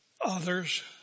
Others